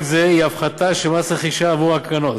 זה היא הפחתה של מס רכישה עבור הקרנות,